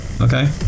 Okay